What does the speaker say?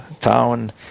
town